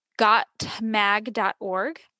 gotmag.org